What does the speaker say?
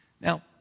Now